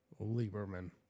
Lieberman